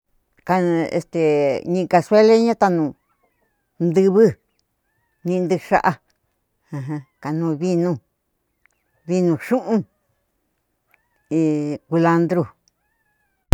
Kan este ñikasuele ñantanu ntuvu ñii ntu xa'a ajan kanu vinu vinu xu'un ikulantru.